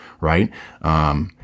right